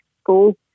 school